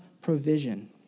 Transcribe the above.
provision